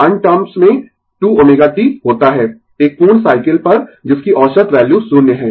अन्य टर्म्स में 2ω t होता है एक पूर्ण साइकल पर जिसकी औसत वैल्यू शून्य है